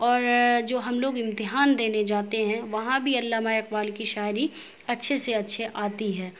اور جو ہم لوگ امتحان دینے جاتے ہیں وہاں بھی علامہ اقبال کی شاعری اچھے سے اچھے آتی ہے